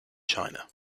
china